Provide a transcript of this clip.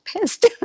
pissed